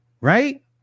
right